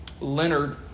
Leonard